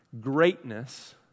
greatness